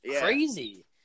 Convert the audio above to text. crazy